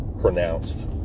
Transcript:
pronounced